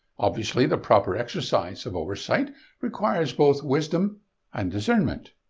obviously, the proper exercise of oversight requires both wisdom and discernment.